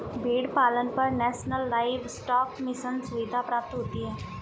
भेड़ पालन पर नेशनल लाइवस्टोक मिशन सुविधा प्राप्त होती है